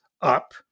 up